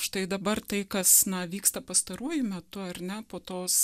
štai dabar tai kas na vyksta pastaruoju metu ar ne po tos